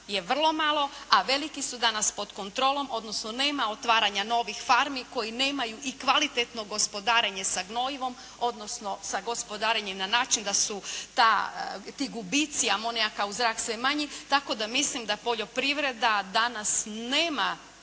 je vrlo malo, a veliki su danas pod kontrolom, odnosno nema otvaranja novih farmi koji nemaju i kvalitetno gospodarenje sa gnojivom, odnosno sa gospodarenjem na način da su ti gubici amonijaka u zrak sve manji. Tako da mislim da poljoprivreda danas nema